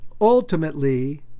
ultimately